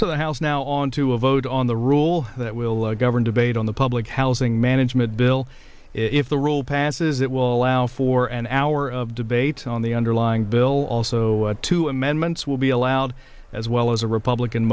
to the house now on to a vote on the rule that will govern debate on the public housing management bill if the rule passes it will allow for an hour of debate on the underlying bill also two amendments will be allowed as well as a republican